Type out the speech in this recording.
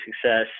success